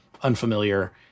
unfamiliar